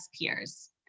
peers